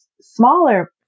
smaller